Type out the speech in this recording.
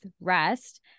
rest